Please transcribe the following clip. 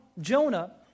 jonah